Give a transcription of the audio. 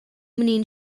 menino